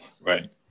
Right